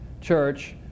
Church